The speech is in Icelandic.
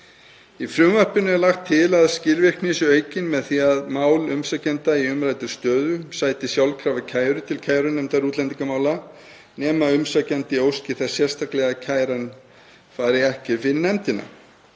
Í frumvarpinu er lagt til að skilvirkni sé aukin með því að mál umsækjenda í umræddri stöðu sæti sjálfkrafa kæru til kærunefndar útlendingamála nema umsækjandi óski þess sérstaklega að kæran fari ekki fyrir nefndina.